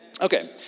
Okay